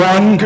One